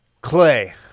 Clay